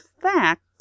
fact